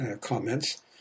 comments